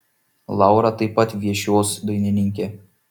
laura taip pat viešios dainininkė